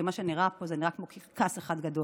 כי מה שנראה פה נראה כמו קרקס אחד גדול.